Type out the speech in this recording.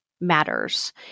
matters